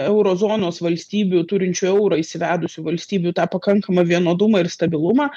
euro zonos valstybių turinčių eurą įsivedusių valstybių tą pakankamą vienodumą ir stabilumą